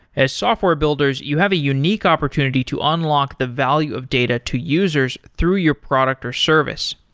as software builders, you have a unique opportunity to unlock the value of data to users through your product or service.